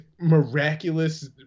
miraculous